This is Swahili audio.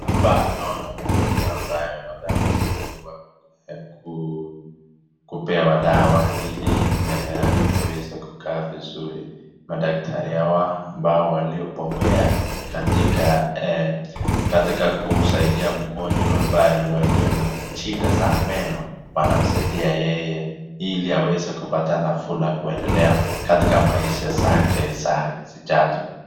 Hapa naona mgonjwa ambaye anasaidiwa na kupewa dawa ili meno yake ziweze kukaa vizuri. Madaktari hawa ambao waliopea katika kusaidia mgonjwa ambaye walio na shida za meno wanamsaida yeye ili aweze kupata nafuu na kuendelea katika maisha zake za sijazo.